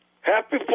Happy